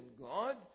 God